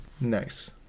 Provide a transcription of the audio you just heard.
Nice